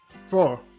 Four